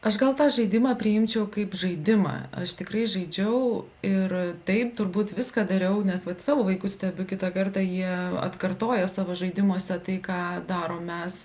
aš gal tą žaidimą priimčiau kaip žaidimą aš tikrai žaidžiau ir taip turbūt viską dariau nes vat savo vaikus stebiu kitą kartą jie atkartoja savo žaidimuose tai ką darom mes